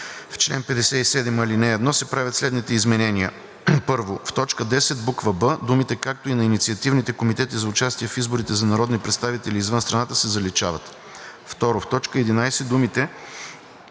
В чл. 57, ал. 1 се правят следните изменения: 1. В т. 10, буква „б“ думите „както и на инициативните комитети за участие в изборите за народни представители извън страната“ се заличават; 2. В т. 11 думите